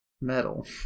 Metal